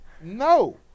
No